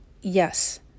Yes